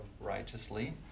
righteously